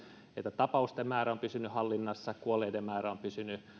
että tapausten määrä on pysynyt hallinnassa ja kuolleiden määrä on pysynyt